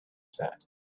said